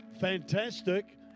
Fantastic